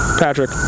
Patrick